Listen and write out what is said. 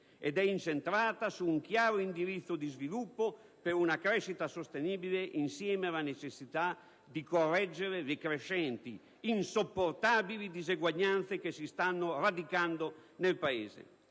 ed è incentrata su un chiaro indirizzo di sviluppo per una crescita sostenibile, insieme alla necessità di correggere le crescenti, insopportabili diseguaglianze che si stanno radicando nel Paese.